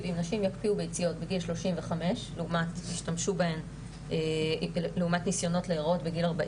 אם נשים יקפיאו ביציות בגיל 35 לעומת ניסיונות להרות בגיל 40